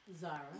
Zara